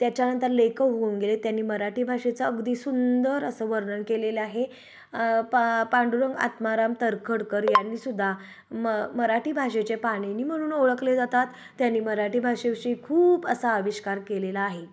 त्याच्यानंतर लेखक होऊन गेले त्यांनी मराठी भाषेचं अगदी सुंदर असं वर्णन केलेलं आहे पा पांडुरंग आत्माराम तर्खडकर यांनीसुद्धा म मराठी भाषेचे पाणीनी म्हणून ओळखले जातात त्यांनी मराठी भाषेविषय खूप असा आविष्कार केलेला आहे